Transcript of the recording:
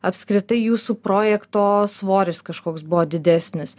apskritai jūsų projekto svoris kažkoks buvo didesnis